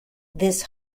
this